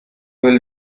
will